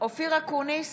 אופיר אקוניס,